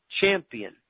champion